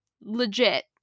legit